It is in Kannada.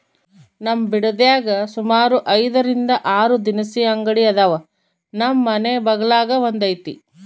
ನಮ್ ಬಿಡದ್ಯಾಗ ಸುಮಾರು ಐದರಿಂದ ಆರು ದಿನಸಿ ಅಂಗಡಿ ಅದಾವ, ನಮ್ ಮನೆ ಬಗಲಾಗ ಒಂದೈತೆ